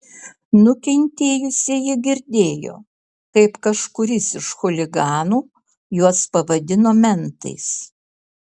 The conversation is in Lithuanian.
nukentėjusieji girdėjo kaip kažkuris iš chuliganų juos pavadino mentais